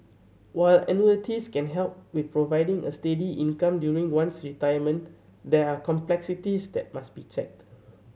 while annuities can help with providing a steady income during one's retirement there are complexities that must be checked